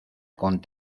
con